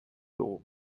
dugu